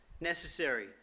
necessary